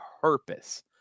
purpose